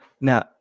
Now